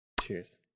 Cheers